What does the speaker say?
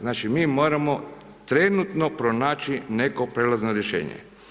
Znači, mi moramo trenutno pronaći neko prijelazno rješenje.